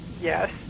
Yes